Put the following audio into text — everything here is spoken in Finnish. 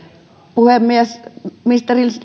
puhemies ministeri